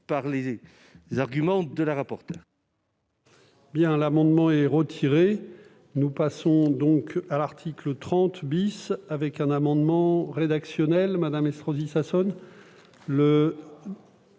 par les arguments de Mme la rapporteure